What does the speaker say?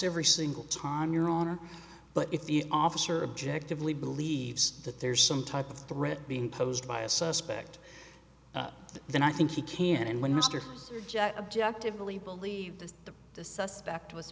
every single time your honor but if you officer objective lee believes that there's some type of threat being posed by a suspect then i think he can and when mr objective really believed that the suspect was